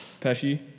Pesci